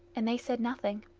and they said nothing.